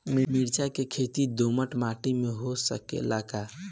मिर्चा के खेती दोमट माटी में हो सकेला का?